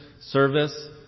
service